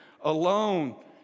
alone